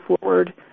forward